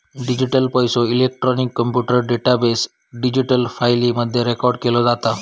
digital पैसो, electronic computer database, digital फाईली मध्ये रेकॉर्ड केलो जाता